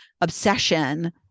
obsession